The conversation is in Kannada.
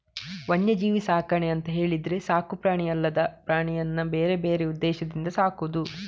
ವನ್ಯಜೀವಿ ಸಾಕಣೆ ಅಂತ ಹೇಳಿದ್ರೆ ಸಾಕು ಪ್ರಾಣಿ ಅಲ್ಲದ ಪ್ರಾಣಿಯನ್ನ ಬೇರೆ ಬೇರೆ ಉದ್ದೇಶದಿಂದ ಸಾಕುದು